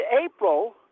April